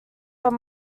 are